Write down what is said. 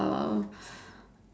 um